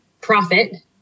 profit